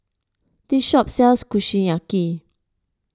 this shop sells Kushiyaki